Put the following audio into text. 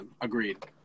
agreed